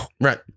Right